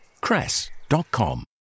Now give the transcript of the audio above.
cress.com